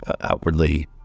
outwardly